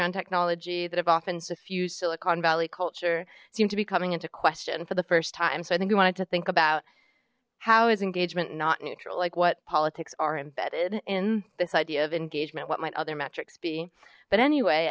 around technology that have often staff used silicon valley culture seem to be coming into question for the first time so i think we wanted to think about how is engagement not neutral like what politics are embedded in this idea of engagement what might other metrics be but anyway